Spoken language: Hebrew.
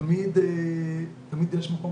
תמיד יש מקום,